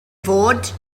fod